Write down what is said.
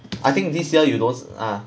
I think this year you those ah